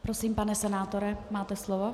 Prosím, pane senátore, máte slovo.